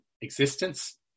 existence